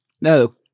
No